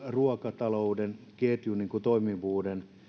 ruokatalouden ketjumme toimivuuden